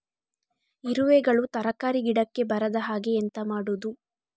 ಇರುವೆಗಳು ತರಕಾರಿ ಗಿಡಕ್ಕೆ ಬರದ ಹಾಗೆ ಎಂತ ಮಾಡುದು?